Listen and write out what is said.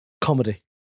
Comedy